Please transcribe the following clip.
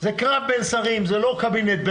זה קרב בין שרים ולא קבינט.